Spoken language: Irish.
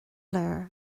léir